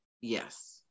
Yes